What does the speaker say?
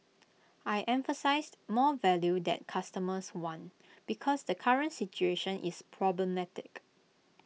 I emphasised more value that customers want because the current situation is problematic